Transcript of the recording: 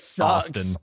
Austin